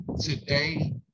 today